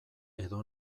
edo